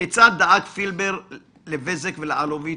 ואני מצטט: